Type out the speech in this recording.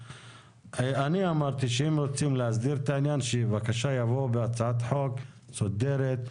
אני אמרתי שאם רוצים להסדיר את העניין שיבואו בהצעת חוק מסודרת,